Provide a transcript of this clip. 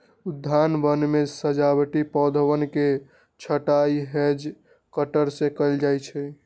उद्यानवन में सजावटी पौधवन के छँटाई हैज कटर से कइल जाहई